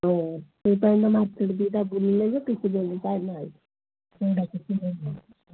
ହଁ ସେଇପାଇଁ ନା ମାଛରେ ଦୁଇ ବୁଲି ନେବ କିଛି